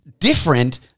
Different